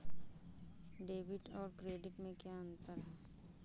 Debit और credit में क्या अंतर है?